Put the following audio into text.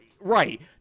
Right